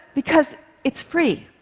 because it's free.